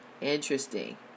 Interesting